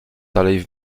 dalej